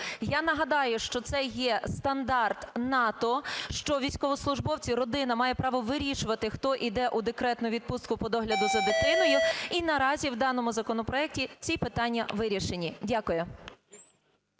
Я нагадаю, що це є стандарт НАТО, що військовослужбовці родина має право вирішувати, хто іде у декретну відпустку по догляду за дитиною і наразі, в даному законопроекті, ці питання вирішені. Дякую.